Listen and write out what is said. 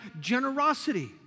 generosity